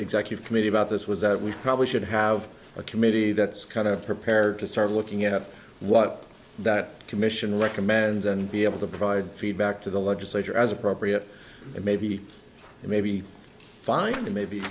executive committee about this was that we probably should have a committee that's kind of prepared to start looking at what that commission recommends and be able to provide feedback to the legislature as appropriate and maybe maybe find it maybe